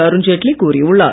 அருண்ஜெட்லி கூறியுள்ளார்